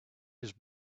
his